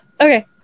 Okay